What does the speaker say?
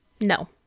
No